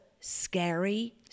scary